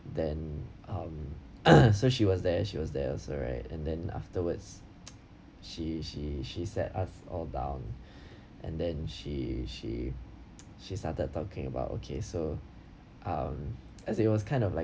then um so she was there she was there also right and then afterwards she she she sat us all down and then she she she started talking about okay so um as it was kind of like